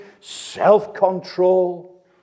self-control